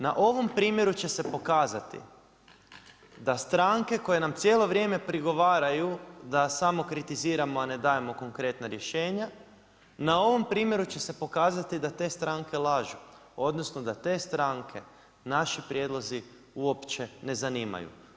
Na ovom primjeru će se pokazati da stranke koje nam cijelo vrijeme prigovaraju da samo kritiziramo, a ne dajemo konkretna rješenja, na ovom primjeru će se pokazati da te stranke lažu, odnosno da te stranke naši prijedlozi uopće ne zanimaju.